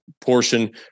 portion